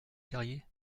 carrier